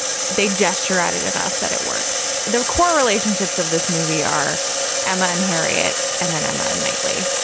they gesture at it enough that it works. their core relationships of this movie are emma and harriet and then emma and knightley.